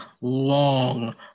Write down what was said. long